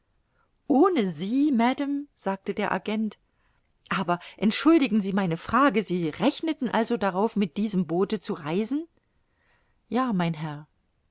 ohne sie madame sagte der agent aber entschuldigen sie meine frage sie rechneten also darauf mit diesem boote zu reisen ja mein herr